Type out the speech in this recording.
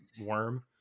worm